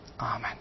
Amen